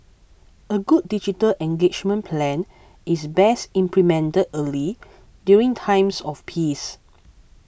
a good digital engagement plan is best implemented early during times of peace